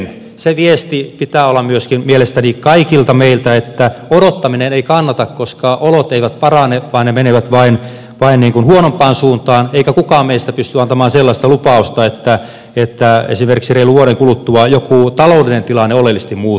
sen viestin pitää tulla mielestäni myöskin kaikilta meiltä että odottaminen ei kannata koska olot eivät parane vaan ne menevät vain huonompaan suuntaan eikä kukaan meistä pysty antamaan sellaista lupausta että esimerkiksi reilun vuoden kuluttua jokin taloudellinen tilanne oleellisesti muuttuu